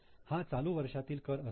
हा चालू वर्षातील कर असतो